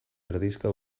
erdizka